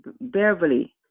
Beverly